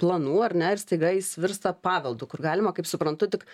planų ar ne ir staiga jis virsta paveldu kur galima kaip suprantu tik